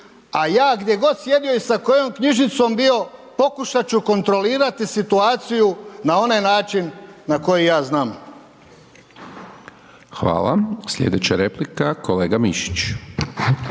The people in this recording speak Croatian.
A ja gdje god sjedio i sa kojom knjižicom bio pokušat ću kontrolirati situaciju na onaj način na koji ja znam. **Hajdaš Dončić, Siniša